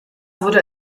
wurde